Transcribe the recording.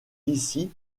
d’ici